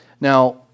Now